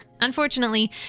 Unfortunately